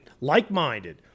like-minded